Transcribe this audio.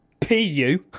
P-U